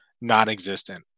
non-existent